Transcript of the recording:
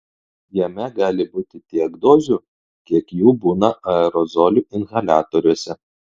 jame gali būti tiek dozių kiek jų būna aerozolių inhaliatoriuose